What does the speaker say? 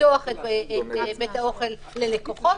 לפתוח אותם ללקוחות.